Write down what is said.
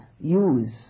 use